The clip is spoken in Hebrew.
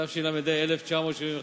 התשל"ה 1975,